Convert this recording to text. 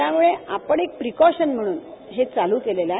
त्यामुळे आपण एक प्रिकॉशनम्हणून हे चालू ठेवलं आहे